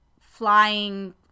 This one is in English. flying